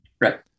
right